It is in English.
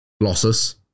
losses